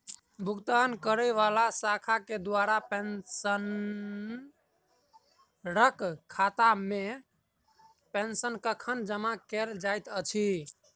भुगतान करै वला शाखा केँ द्वारा पेंशनरक खातामे पेंशन कखन जमा कैल जाइत अछि